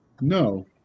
No